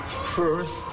first